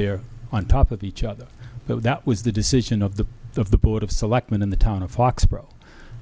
there on top of each other but that was the decision of the of the board of selectmen in the town of foxborough